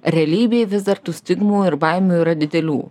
realybėj vis dar tų stigmų ir baimių yra didelių